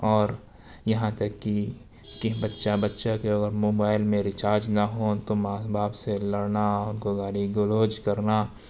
اور یہاں تک کی کہ بچہ بچہ کے اگر موبائل میں ریچارج نہ ہو تو ماں باپ سے لڑنا اور گالی گلوچ کرنا